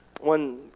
One